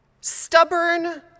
stubborn